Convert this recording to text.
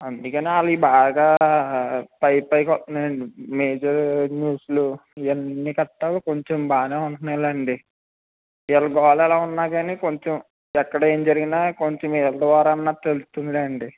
అందుకనే అవి బాగా పైపైకి వస్తున్నాయండి మేజరు న్యూస్లు ఇవి అన్ని కట్ట కొంచెం బాగానే ఉంటున్నాయిలెండి వీళ్ళ గోల ఎలా ఉన్నాకాని కొంచెం ఎక్కడ ఏం జరిగినా కొంచెం వీళ్ళ ద్వారా అన్నా తెలుస్తుందిలేండి